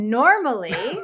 normally